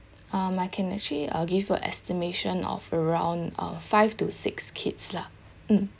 um I can actually I'll give a estimation of around uh five to six kids lah mm